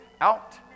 out